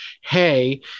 hey